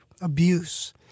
abuse